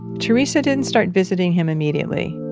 theresa didn't start visiting him immediately.